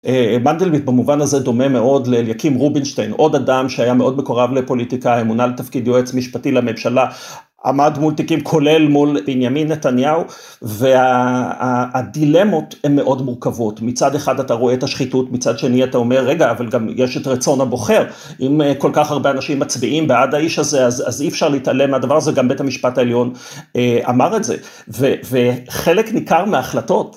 מנדלבליט במובן הזה דומה מאוד לאליקים רובינשטיין, עוד אדם שהיה מאוד מקורב לפוליטיקאים, מונה לתפקיד יועץ משפטי לממשלה, עמד מול תיקים כולל מול בנימין נתניהו, והדילמות הן מאוד מורכבות, מצד אחד אתה רואה את השחיתות, מצד שני אתה אומר, רגע, אבל גם יש את רצון הבוחר, אם כל כך הרבה אנשים מצביעים בעד האיש הזה, אז אי אפשר להתעלם מהדבר הזה, גם בית המשפט העליון אמר את זה, וחלק ניכר מההחלטות